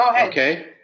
Okay